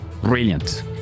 Brilliant